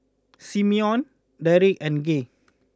Simeon Deric and Gay